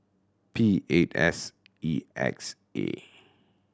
P eight S E X A